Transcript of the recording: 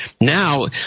Now